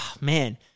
man